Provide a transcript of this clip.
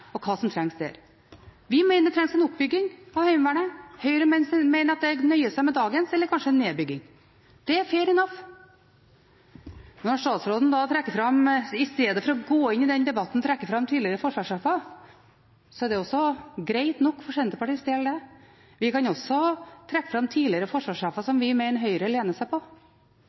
og hva som trengs der. Vi mener det trengs en oppbygging av Heimevernet, mens Høyre nøyer seg med dagens, eller kanskje en nedbygging, og det er «fair enough». Når statsråden, istedenfor å gå inn i den debatten, trekker fram tidligere forsvarssjefer, er det greit nok for Senterpartiets del. Vi kan også trekke fram tidligere forsvarssjefer som vi mener Høyre lener seg på.